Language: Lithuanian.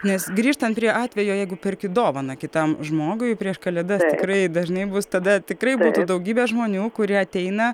nes grįžtant prie atvejo jeigu perki dovaną kitam žmogui prieš kalėdas tikrai dažnai bus tada tikrai būtų daugybė žmonių kurie ateina